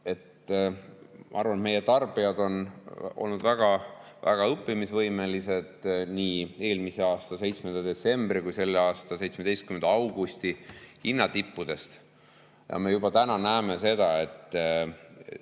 Ma arvan, et meie tarbijad on olnud väga-väga õppimisvõimelised, [õpitud on] nii eelmise aasta 7. detsembri kui ka selle aasta 17. augusti hinnatippudest. Me juba täna näeme seda,